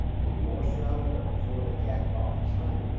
get the moisture out of it before they cap it off as honey.